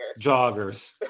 Joggers